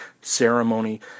ceremony